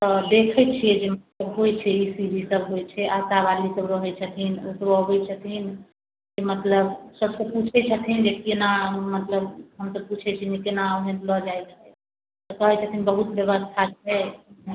तऽ देखैत छियै जे होइत छै ई सी जी सभ होइत छै आशावाली सभ रहैत छथिन दोसरो अबैत छथिन मतलब सभसण पूछैत छथिन जे केना मतलब हम तऽ पूछैत छियैन केना ओहिमे लऽ जाइत छै तऽ कहैत छथिन बहुत व्यवस्था छै